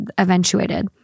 eventuated